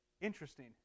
interesting